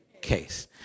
case